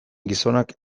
gizonak